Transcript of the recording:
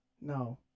No